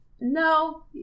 No